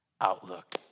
Outlook